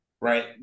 right